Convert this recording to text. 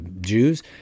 Jews